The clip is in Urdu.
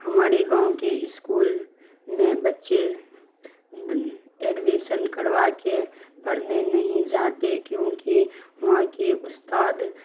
ہماری گاؤں کی اسکول میں بچے ایڈویسن کروا کے پڑھنے نہیں جاتے کیونکہ وہاں کی استاد